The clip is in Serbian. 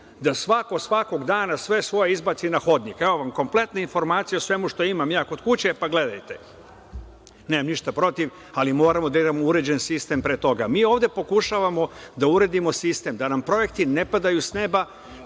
da svako svakog dana sve svoje izbaci na hodnik - evo vam kompletna informacija o svemu što imam ja kod kuće, pa gledajte. Nemam ništa protiv, ali moramo da imamo uređen sistem, pre toga. Ovde pokušavamo da uredimo sistem, da nam projekti ne padaju sa neba,